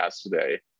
today